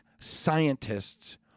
scientists